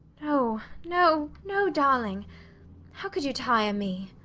no, no, no, darling how could you tire me?